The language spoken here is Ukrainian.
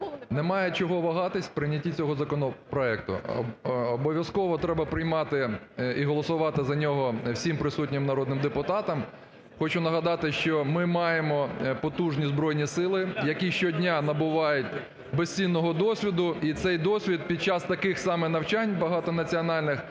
Немає чого вагатися в прийнятті цього законопроекту, обов'язково треба приймати і голосувати за нього всім присутнім народним депутатам. Хочу нагадати, що ми маємо потужні Збройні Сили, які щодня набувають безцінного досвіду і цей досвід під час таких саме навчань багатонаціональних